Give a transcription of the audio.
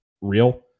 real